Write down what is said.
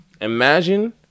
Imagine